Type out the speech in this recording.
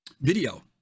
video